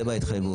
זה בהתחייבות.